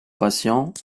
patients